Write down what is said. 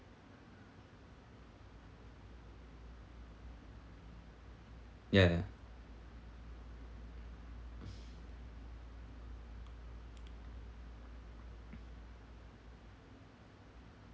ya ya